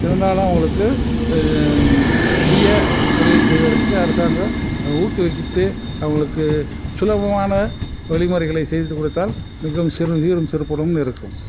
இருந்தாலும் அவங்களுக்கு இது சுய தொழில் செய்வதற்கு அரசாங்கம் ஊக்குவித்து அவங்களுக்கு சுலபமான வழிமுறைகளை செய்து கொடுத்தால் மிகவும் சீரு சீரும் சிறப்புடனும் இருக்கும்